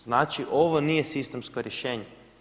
Znači ovo nije sistemsko rješenje.